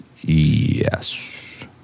Yes